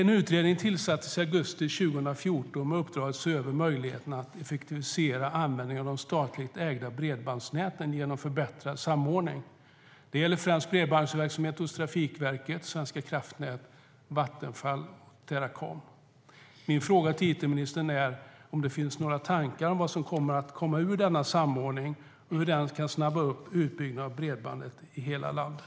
En utredning tillsattes i augusti 2014 med uppdraget att se över möjligheterna att effektivisera användningen av de statligt ägda bredbandsnäten genom förbättrad samordning. Det gäller främst bredbandsverksamheterna hos Trafikverket, Svenska kraftnät, Vattenfall och Teracom. Min fråga till it-ministern är om det finns några tankar om vad som kommer att komma ur denna samordning och hur den kan snabba på utbyggnaden av bredband i hela landet.